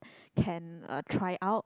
can uh try out